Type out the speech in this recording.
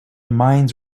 mines